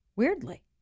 Weirdly